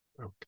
Okay